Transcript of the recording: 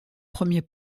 premier